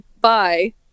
bye